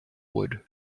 wood